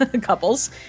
couples